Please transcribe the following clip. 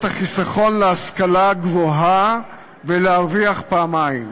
החיסכון להשכלה הגבוהה ולהרוויח פעמיים: